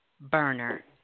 burner